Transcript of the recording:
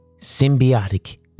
symbiotic